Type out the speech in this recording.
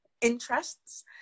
interests